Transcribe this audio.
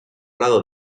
lado